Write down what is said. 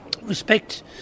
respect